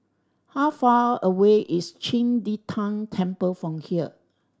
how far away is Qing De Tang Temple from here